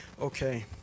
okay